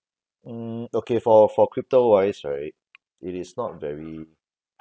mm okay for for crypto wise right it is not very